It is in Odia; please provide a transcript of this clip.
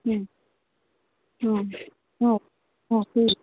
ହଁ ହଁ ସେଇ